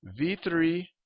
v3